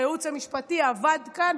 הייעוץ המשפטי עבד כאן,